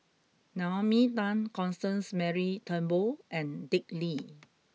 Naomi Tan Constance Mary Turnbull and Dick Lee